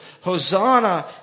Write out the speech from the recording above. Hosanna